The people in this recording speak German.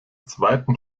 zweiten